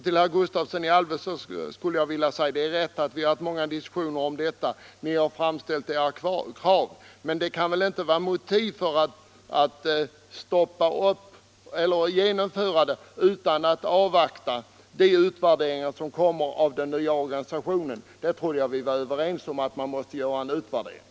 Till herr Gustavsson i Alvesta skulle jag vilja säga att det är rätt att vi har haft många diskussioner om detta och att ni har framställt era krav. Men det kan väl inte vara något motiv för att genomföra en ändring utan att avvakta utvärderingen av den nya organisationen. Jag trodde vi var överens om att man först måste göra en sådan utvärdering.